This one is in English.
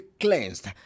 cleansed